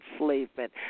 enslavement